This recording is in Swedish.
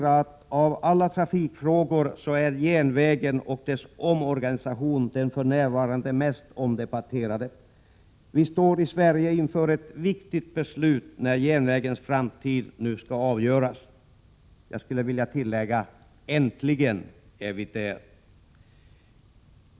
Av alla trafikfrågor är järnvägen och dess omorganisation den för närvarande mest omdebatterade frågan. Sverige står inför ett viktigt beslut när järnvägens framtid nu skall avgöras — jag skulle vilja tillägga: Äntligen är vi där.